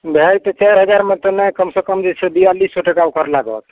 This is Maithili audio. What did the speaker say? भए जेतै चारि हजार मे तऽ नहि कमसँ कम जे छै बियालिस सए टका ओकर लागत